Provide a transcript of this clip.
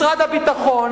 משרד הביטחון,